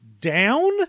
down